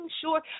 sure